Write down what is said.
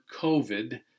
COVID